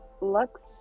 Lux